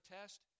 test